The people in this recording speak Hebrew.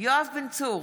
יואב בן צור,